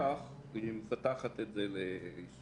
אחר כך יש הערות של היועצת